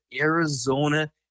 Arizona